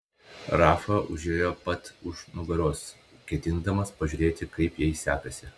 rafa užėjo pat už nugaros ketindamas pasižiūrėti kaip jai sekasi